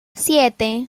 siete